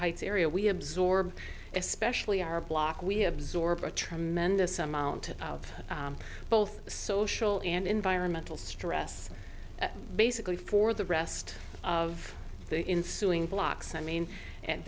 heights area we absorb especially our block we absorb a tremendous amount of both the social and environmental stress basically for the rest of the in suing blocks i mean